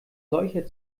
solcher